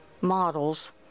models